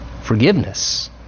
Forgiveness